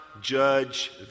judge